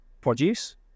produce